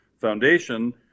foundation